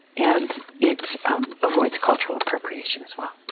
and it avoids cultural appropriation as well.